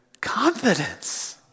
confidence